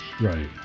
Right